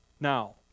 Now